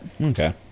Okay